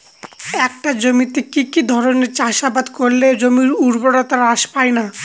একটা জমিতে কি কি ধরনের চাষাবাদ করলে জমির উর্বরতা হ্রাস পায়না?